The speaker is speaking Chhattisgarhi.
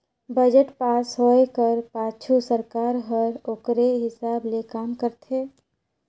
बजट पास होए कर पाछू सरकार हर ओकरे हिसाब ले काम करथे